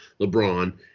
LeBron